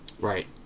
Right